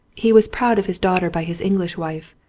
he was proud of his daughter by his english wife,